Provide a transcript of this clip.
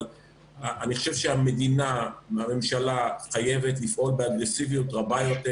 אבל המדינה והממשלה חייבת לפעול באגרסיביות רבה יותר